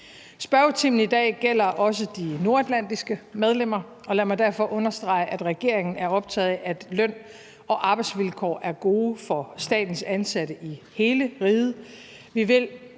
Spørgetimen i dag gælder også de nordatlantiske medlemmer, og lad mig derfor understrege, at regeringen er optaget af, at løn og arbejdsvilkår er gode for statens ansatte i hele riget.